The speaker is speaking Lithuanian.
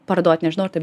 parduot nežinau ar taip